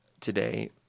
today